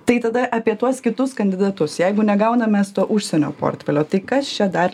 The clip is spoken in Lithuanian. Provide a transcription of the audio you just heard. tai tada apie tuos kitus kandidatus jeigu negaunam mes to užsienio portfelio tai kas čia dar